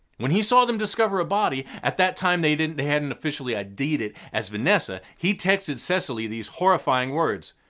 when he saw them discover a body, at that time they didn't hadn't officially id'd it as vanessa, he texted cecily these horrifying words,